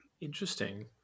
Interesting